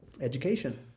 Education